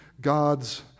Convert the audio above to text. God's